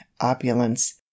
opulence